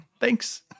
thanks